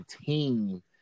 team